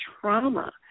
trauma